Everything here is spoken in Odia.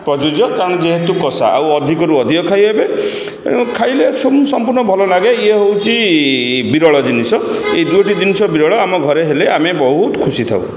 ପ୍ରଯୁଜ୍ୟ କାରଣ ଯେହେତୁ କଷା ଆଉ ଅଧିକରୁ ଅଧିକ ଖାଇବେ ଖାଇଲେ ସମ୍ପୂର୍ଣ୍ଣ ଭଲ ଲାଗେ ଇଏ ହେଉଛି ବିରଳ ଜିନିଷ ଏଇ ଦୁଇଟି ଜିନିଷ ବିରଳ ଆମ ଘରେ ହେଲେ ଆମେ ବହୁତ ଖୁସି ଥାଉ